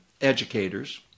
educators